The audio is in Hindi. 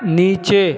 नीचे